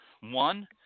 one